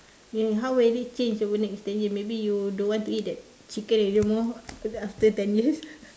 may how it will change over next ten years maybe you don't want to eat that chicken anymore uh after ten years